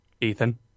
Ethan